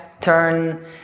turn